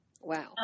Wow